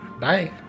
Bye